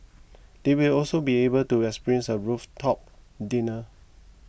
they will also be able to experience a rooftop dinner